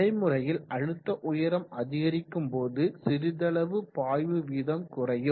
நடைமுறையில் அழுத்த உயரம் அதிகரிக்கும் போது சிறிதளவு பாய்வு வீதம் குறையும்